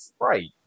Right